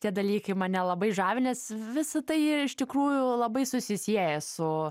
tie dalykai mane labai žavi nes visa tai ir iš tikrųjų labai susisieja su